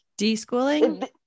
deschooling